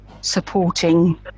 supporting